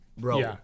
Bro